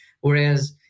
whereas